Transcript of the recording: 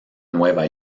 nueva